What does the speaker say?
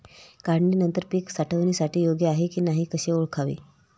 काढणी नंतर पीक साठवणीसाठी योग्य आहे की नाही कसे ओळखावे?